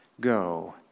Go